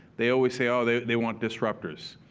they always say, oh, they they want disruptors.